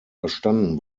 verstanden